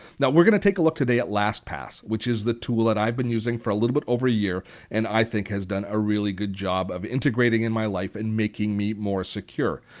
we're going to take a look today at lastpass, which is the tool that i've been using for a little bit over a year and i think has done a really good job of integrating in my life and making me more secure.